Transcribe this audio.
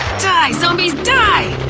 die, zombies, die!